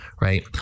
right